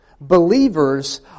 believers